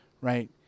right